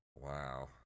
Wow